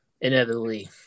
inevitably